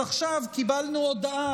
אז עכשיו קיבלנו הודעה,